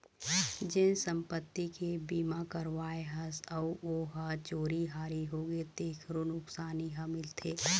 जेन संपत्ति के बीमा करवाए हस अउ ओ ह चोरी हारी होगे तेखरो नुकसानी ह मिलथे